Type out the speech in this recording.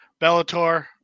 Bellator